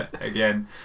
Again